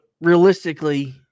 realistically